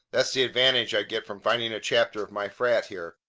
that's the advantage i get from finding a chapter of my frat here.